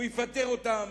הוא יפטר אותם.